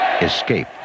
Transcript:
Escape